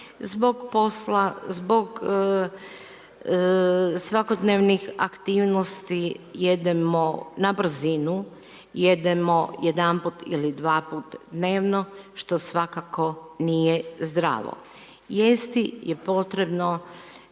Zbog posla, zbog svakodnevnih aktivnosti jedemo na brzu, jedemo jedanput ili dva puta dnevno što svakako nije zdravo. Jesti je potrebno